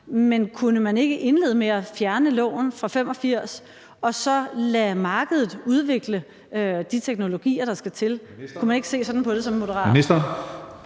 Men kunne man ikke indlede med at fjerne loven fra 1985 og så lade markedet udvikle de teknologier, der skal til? Kunne man ikke se sådan på det som moderat?